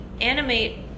animate